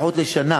לפחות לשנה.